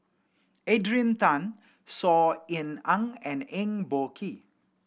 Adrian Tan Saw Ean Ang and Eng Boh Kee